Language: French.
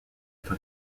dans